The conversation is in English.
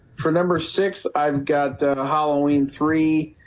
for number six. i've got halloween three